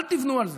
אל תבנו על זה.